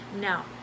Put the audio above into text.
Now